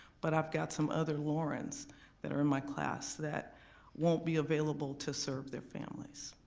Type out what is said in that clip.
but i've got some other laurens that are in my class that won't be available to serve their families.